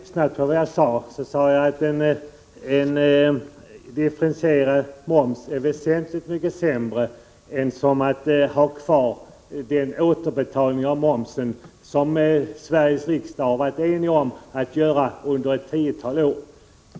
Herr talman! Om Kjell Johansson hade lyssnat på vad jag sade, hade han hört mig framhålla att en differentierad moms är ett väsentligt mycket sämre alternativ än att ha kvar den återbetalning av moms som Sveriges riksdag har varit enig om under ett tiotal år.